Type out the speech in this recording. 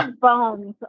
bones